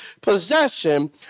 possession